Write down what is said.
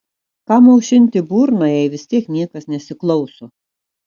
kam aušinti burną jei vis tiek niekas nesiklauso